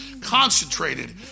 Concentrated